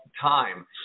time